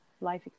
life